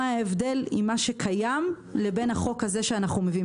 מה ההבדל בין הקיים לבין החוק הזה שאנו מביאים.